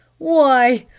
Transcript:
why!